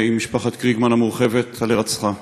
עם משפחת קריגמן המורחבת על הירצחה.